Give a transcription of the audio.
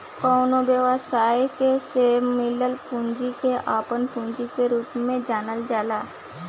कवनो व्यवसायी के से मिलल पूंजी के आपन पूंजी के रूप में जानल जाला